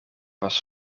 was